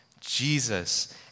Jesus